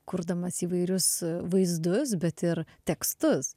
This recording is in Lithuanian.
kurdamas įvairius vaizdus bet ir tekstus